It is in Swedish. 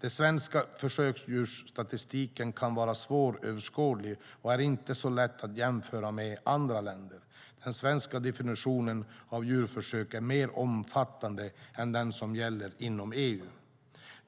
Den svenska försöksdjursstatistiken kan vara svåröverskådlig och är inte så lätt att jämföra med andra länders. Den svenska definitionen av djurförsök är mer omfattande än den som gäller inom EU.